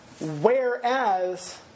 Whereas